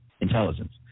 intelligence